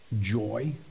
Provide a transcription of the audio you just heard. joy